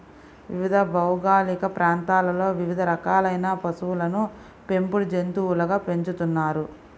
వివిధ భౌగోళిక ప్రాంతాలలో వివిధ రకాలైన పశువులను పెంపుడు జంతువులుగా పెంచుతున్నారు